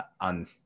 on